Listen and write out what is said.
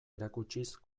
erakutsiz